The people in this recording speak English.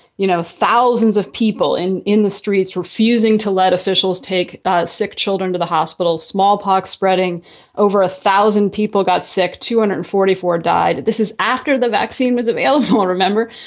you know, thousands of people in in the streets refusing to let officials take sick children to the hospital. smallpox spreading over a thousand people got sick, two hundred and forty four died. this is after the vaccine was available. remember,